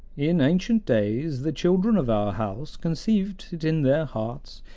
in ancient days the children of our house conceived it in their hearts,